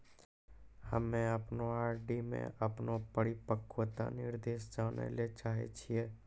हम्मे अपनो आर.डी मे अपनो परिपक्वता निर्देश जानै ले चाहै छियै